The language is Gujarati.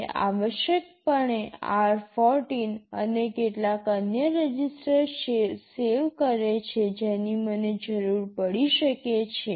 તે આવશ્યકપણે r14 અને કેટલાક અન્ય રજિસ્ટર સેવ કરે છે જેની મને જરૂર પડી શકે છે